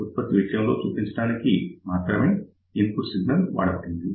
derivation విషయంలో మాత్రమే input signal పరిగణించబడినది